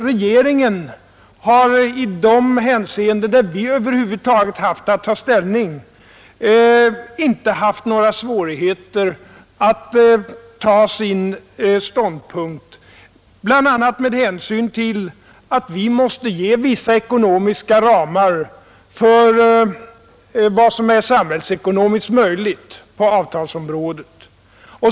Regeringen har i de hänseenden där vi över huvud taget haft att ta ställning, inte haft någon svårighet att ta sin ståndpunkt, bl.a. med hänsyn till att vi måste ge vissa ekonomiska ramar för vad som är samhällsekonomiskt möjligt på avtalsområdet.